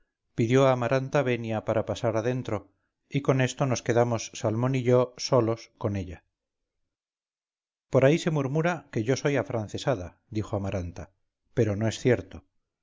pidió a amaranta veniapara pasar adentro y con esto nos quedamos salmón y yo solos con ella por ahí se murmura que yo soy afrancesada dijo amaranta pero no es cierto